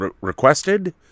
requested